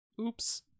oops